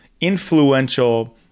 influential